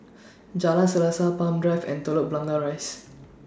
Jalan Selaseh Palm Drive and Telok Blangah Rise